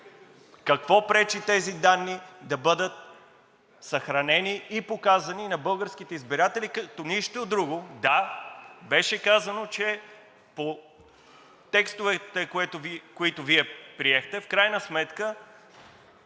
Какво пречи тези данни да бъдат съхранени и показани на българските избиратели, като нищо друго… Да, беше казано, че по текстовете, които Вие приехте, в крайна сметка